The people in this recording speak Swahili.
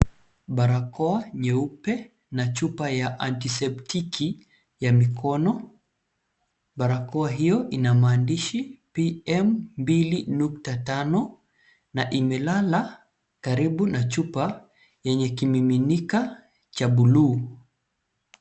Barakoa nyeupe na chupa ya antiseptiki ya mkono. Barakoa hiyo ina maandishi PM 2.5 na imelala karibu na chupa yenye kimiminika cha buluu.